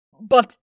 But-